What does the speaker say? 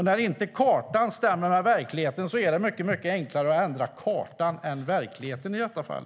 När kartan inte stämmer med verkligheten är det mycket enklare att ändra kartan än verkligheten i detta fall.